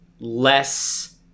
less